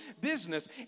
business